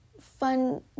fun